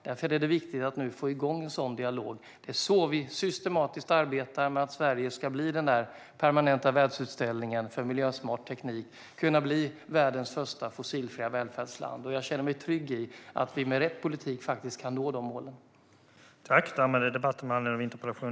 Därför är det viktigt att nu få igång en sådan dialog. Det är så vi systematiskt arbetar med att Sverige ska bli den där permanenta världsutställningen för miljösmart teknik och kunna bli världens första fossilfria välfärdsland. Jag känner mig trygg i att vi med rätt politik faktiskt kan nå de målen.